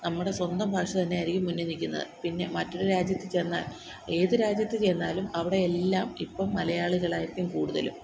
നമ്മുടെ സ്വന്തം ഭാഷ തന്നെയായിരിക്കും മുന്നില് നില്ക്കുന്നത് പിന്നെ മറ്റൊരു രാജ്യത്ത് ചെന്നാൽ ഏത് രാജ്യത്ത് ചെന്നാലും അവിടെ എല്ലാം ഇപ്പോള് മലയാളികളായിരിക്കും കൂടുതലും